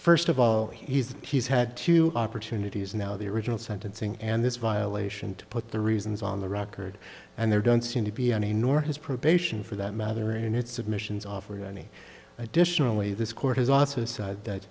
first of all he's he's had two opportunities now the original sentencing and this violation to put the reasons on the record and there don't seem to be any nor his probation for that matter in its submissions offer any additionally this court has also said that